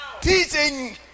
teaching